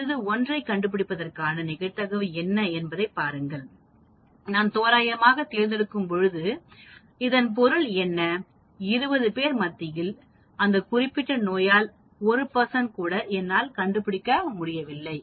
குறைந்தது 1 ஐக் கண்டுபிடிப்பதற்கான நிகழ்தகவு என்ன என்பதைப் பாருங்கள் நான் தோராயமாக தேர்ந்தெடுக்கும்போது இதன் பொருள் என்ன 20 பேர் மத்தியில் அந்த குறிப்பிட்ட நோயால் 1 கூட என்னால் கண்டுபிடிக்க முடியவில்லை